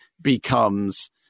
becomes –